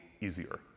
easier